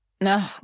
No